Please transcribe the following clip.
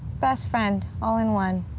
best friend, all in one.